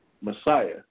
Messiah